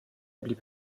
blieb